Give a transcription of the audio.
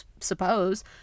suppose